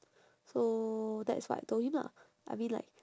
so that's what I told him lah I mean like